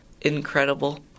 incredible